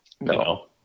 No